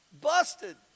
busted